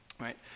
right